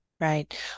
Right